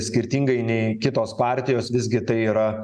skirtingai nei kitos partijos visgi tai yra